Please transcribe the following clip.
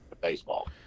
baseball